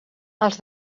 els